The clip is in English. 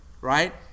Right